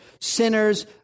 sinners